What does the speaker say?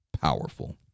Powerful